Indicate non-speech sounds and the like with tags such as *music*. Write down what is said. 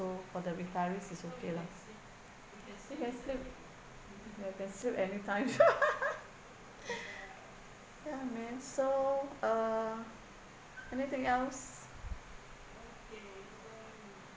so for the retiring is okay lah you can sleep you can sleep anytime *laughs* *breath* ya man so uh anything else